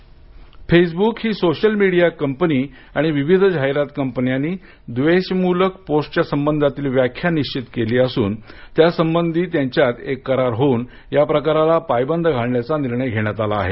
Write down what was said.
Facebook Facebook ही social media company आणि विविध जाहिरात कंपन्यांनी द्वेषमुलक पोस्टच्या संबंधातील व्याख्या निश्वित केली असून त्या संबंधी त्यांच्यात एक करार होऊन या प्रकाराला पायबंद घालण्याचा निर्णय घेण्यात आला आहे